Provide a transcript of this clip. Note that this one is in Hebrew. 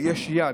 יש יעד.